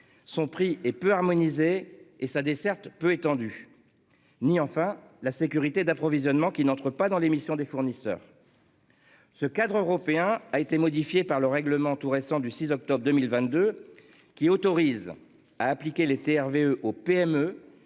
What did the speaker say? son prix et peu harmonisés et sa desserte peu étendue. Ni enfin la sécurité d'approvisionnement qui n'entrent pas dans l'émission des fournisseurs.-- Ce cadre européen a été modifiée par le règlement tout récent du 6 octobre 2022 qui autorise à appliquer les TRV aux PME